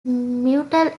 mutual